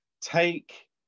take